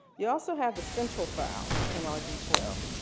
you also have the central files in ah rg twelve.